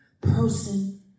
person